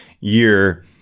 year